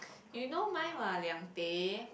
you know mine [what] Liang-Teh